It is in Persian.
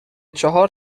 چهار